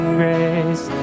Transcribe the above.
grace